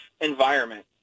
environment